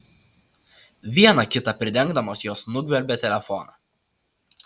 viena kitą pridengdamos jos nugvelbė telefoną